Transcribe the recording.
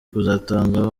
kuzatanga